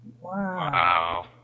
Wow